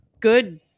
good